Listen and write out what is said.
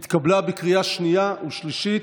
התקבלה בקריאה שנייה ושלישית,